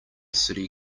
city